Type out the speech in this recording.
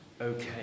okay